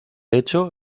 hecho